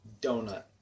Donut